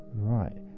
right